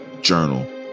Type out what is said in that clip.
journal